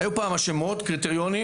היו פעם שמות וקריטריונים